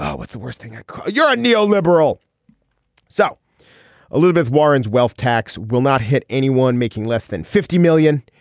ah what's the worst thing ah you're a neo liberal so elizabeth warren's wealth tax will not hit anyone making less than fifty million.